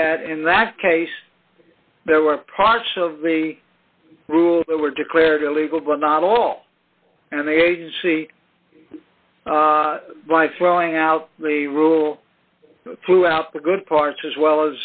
that in that case there were parts of the rules that were declared illegal but not all and the agency throwing out the rule threw out the good parts as well